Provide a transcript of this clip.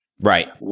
Right